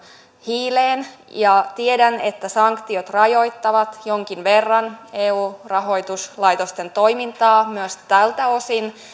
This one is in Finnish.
hiileen tiedän että sanktiot rajoittavat jonkin verran eu rahoituslaitosten toimintaa myös tältä osin